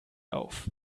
auf